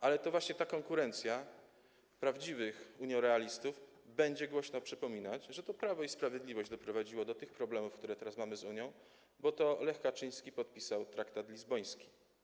Ale to właśnie ta konkurencja prawdziwych uniorealistów będzie głośno przypominać, że to Prawo i Sprawiedliwość doprowadziło do tych problemów, które mamy teraz z Unią, bo to Lech Kaczyński podpisał traktat lizboński.